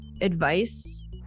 advice